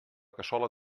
cassola